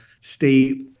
stay